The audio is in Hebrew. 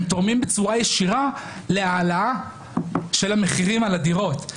הם תורמים בצורה ישירה להעלאה במחירים של הדירות.